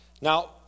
Now